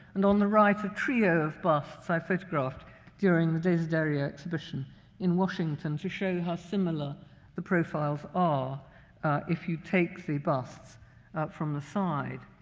and on the right, a trio of busts i photographed during the desiderio exhibition in washington to show how similar the profiles are if you take the busts from the side.